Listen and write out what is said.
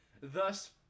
Thus